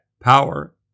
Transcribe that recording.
power